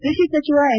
ಕೃಷಿ ಸಚಿವ ಎನ್